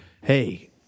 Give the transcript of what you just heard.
Hey